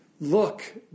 Look